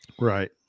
Right